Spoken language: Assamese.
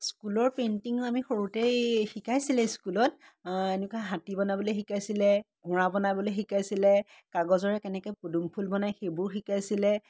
স্কুলৰ পেইণ্টিঙো আমি সৰুতেই শিকাইছিলে স্কুলত এনেকুৱা হাতী বনাবলৈ শিকাইছিলে ঘোঁৰা বনাবলৈ শিকাইছিলে কাগজৰে কেনেকৈ পদুম ফুল বনায় সেইবোৰ শিকাইছিলে